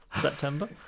september